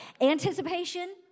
Anticipation